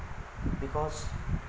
because